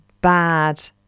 bad